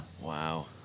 Wow